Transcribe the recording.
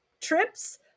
trips